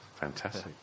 fantastic